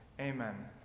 Amen